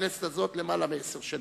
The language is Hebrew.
בכנסת הזאת, למעלה מעשר שנים.